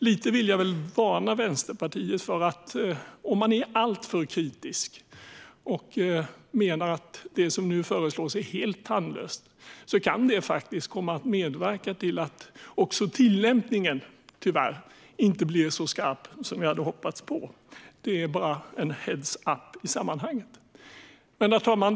Lite grann vill jag varna Vänsterpartiet: Om man är alltför kritisk och menar att det som nu föreslås är helt tandlöst kan det tyvärr också komma att medverka till att tillämpningen inte blir så skarp som vi hade hoppats på. Det är bara en heads-up i sammanhanget. Herr talman!